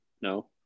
No